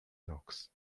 knox